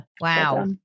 Wow